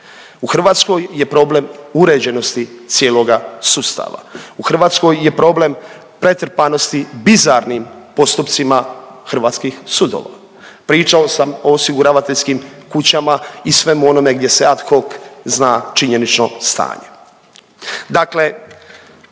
U Hrvatskoj je problem uređenosti cijeloga sustava. U Hrvatskoj je problem pretrpanosti bizarnim postupcima hrvatskih sudova. Pričao sam o osiguravateljskim kuća i svemu onome gdje se ad hoc zna činjenično stanje.